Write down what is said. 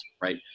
right